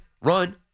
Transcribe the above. run